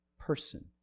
person